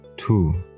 two